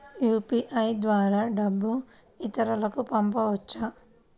UPI ద్వారా డబ్బు ఇతరులకు పంపవచ్చ?